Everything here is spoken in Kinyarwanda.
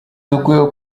dukwiye